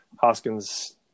Hoskins